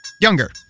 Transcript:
Younger